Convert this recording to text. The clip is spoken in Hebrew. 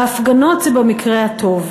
בהפגנות במקרה הטוב,